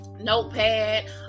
notepad